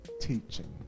teaching